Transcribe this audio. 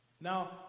Now